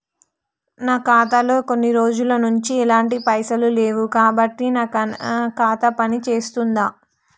నా ఖాతా లో కొన్ని రోజుల నుంచి ఎలాంటి పైసలు లేవు కాబట్టి నా ఖాతా పని చేస్తుందా?